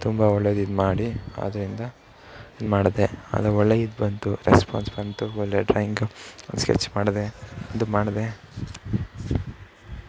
ತುಂಬ ಒಳ್ಳೇದು ಇದು ಮಾಡಿ ಆದ್ದರಿಂದ ಇದು ಮಾಡಿದೆ ಅದು ಒಳ್ಳೆ ಇದು ಬಂತು ರೆಸ್ಪಾನ್ಸ್ ಬಂತು ಒಳ್ಳೆ ಡ್ರಾಯಿಂಗು ಒಂದು ಸ್ಕೆಚ್ ಮಾಡಿದೆ ಇದು ಮಾಡಿದೆ